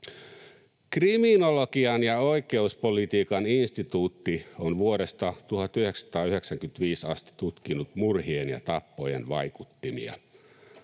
Kriminologian ja oikeuspolitiikan instituutti on vuodesta 1995 asti tutkinut murhien ja tappojen vaikuttimia.